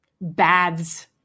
Baths